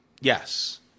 Yes